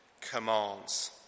commands